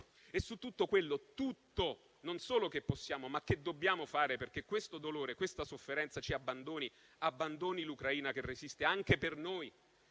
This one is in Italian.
E su tutto quello - tutto! - non solo che possiamo, ma che dobbiamo fare perché questo dolore, questa sofferenza, ci abbandoni; abbandoni l'Ucraina che resiste anche per noi,